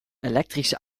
elektrische